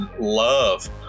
love